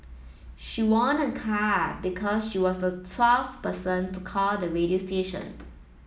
she won a car because she was the twelfth person to call the radio station